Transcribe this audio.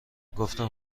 گفتم